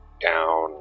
down